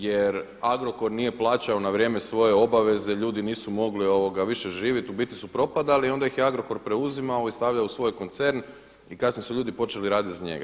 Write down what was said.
Jer Agrokor nije plaćao na vrijeme svoje obaveze, ljudi nisu mogli više živjeti, u biti su propadali i onda ih je Agrokor preuzimao i stavljao u svoj koncern i kasnije su ljudi počeli raditi za njega.